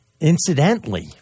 Incidentally –